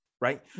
Right